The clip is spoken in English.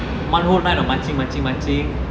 one whole night of marching marching marching